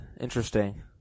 Interesting